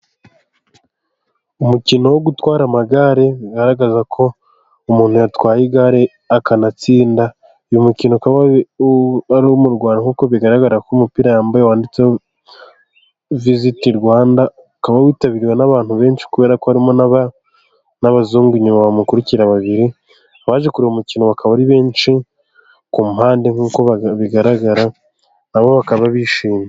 Umukino wo gutwara amagare, bigaragaza ko umuntu yatwaye igare akanatsinda uyu mukino, ukaba umukino, umukino ukaba aruwo m'u Rwanda nkuko bigaragara ko umupira yambaye wanditse visiti Rwanda, ukaba witabiriwe n'abantu benshi, kubera ko harimo n'abazungu nyuma bamukurikira, babiri abaje kureba umukino bakaba ari benshi, ku mpande nkuko bigaragara nabo bakaba bishimye.